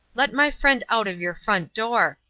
let my friend out of your front door,